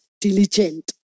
diligent